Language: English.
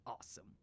awesome